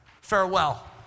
Farewell